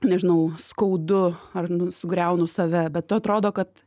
nežinau skaudu ar nu sugriaunu save bet tu atrodo kad